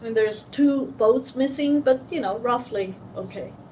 there's two boats missing but, you know, roughly okay.